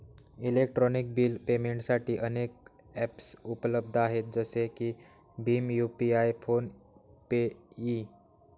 electronic bill पेमेंटसाठी अनेक ॲप्सउपलब्ध आहेत जसे की भीम यू.पि.आय फोन पे इ